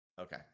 Okay